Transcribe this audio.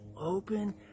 Open